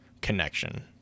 connection